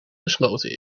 gesloten